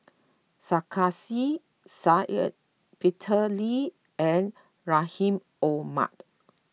Sarkasi Said Peter Lee and Rahim Omar